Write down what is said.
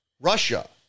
Russia